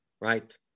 right